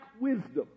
wisdom